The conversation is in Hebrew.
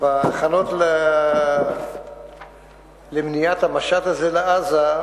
בהכנות למניעת המשט הזה לעזה,